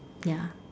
ya